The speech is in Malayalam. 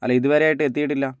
അല്ല ഇതുവരെ ആയിട്ടും എത്തിയിട്ടില്ല